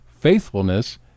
faithfulness